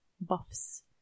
buffs